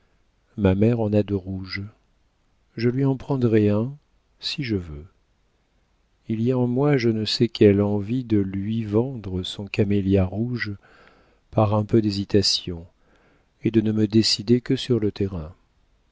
ma mère en a de rouges je lui en prendrai un si je veux il y a en moi je ne sais quelle envie de lui vendre son camélia rouge par un peu d'hésitation et de ne me décider que sur le terrain